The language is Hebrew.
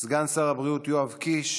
סגן שר הבריאות יואב קיש.